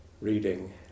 reading